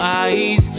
eyes